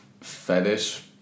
fetish